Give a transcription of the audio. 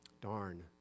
darn